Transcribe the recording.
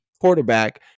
quarterback